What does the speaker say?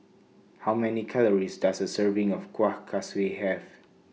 How Many Calories Does A Serving of Kueh Kaswi Have